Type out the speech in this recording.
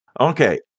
Okay